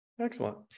Excellent